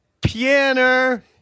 Pianer